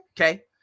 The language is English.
Okay